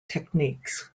techniques